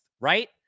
right